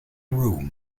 room